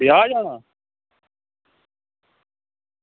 ब्याह् जाना